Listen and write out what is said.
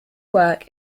work